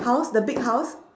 house the big house